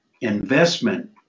investment